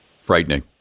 Frightening